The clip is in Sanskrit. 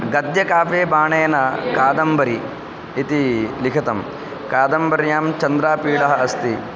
गद्यकाव्ये बाणेन कादम्बरी इति लिखितं कादम्बर्यां चन्द्रापीडः अस्ति